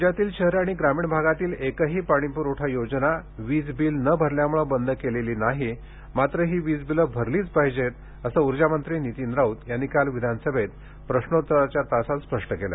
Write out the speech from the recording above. राज्यातील शहरी आणि ग्रामीण भागातील एकही पाणीपुरवठा योजना वीज बिल न भरल्यामुळे बंद केलेली नाही मात्र ही वीज बिले भरलीच पाहिजेत असे ऊर्जामंत्री नितीन राऊत यांनी काल विधानसभेत प्रश्नोत्तराच्या तासात स्पष्ट केले